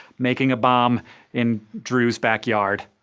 making a bomb in drew's backyard.